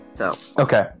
Okay